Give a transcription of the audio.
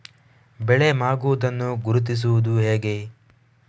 ಬೆಳೆ ಮಾಗುವುದನ್ನು ಗುರುತಿಸುವುದು ಹೇಗೆ?